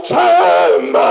time